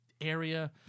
Area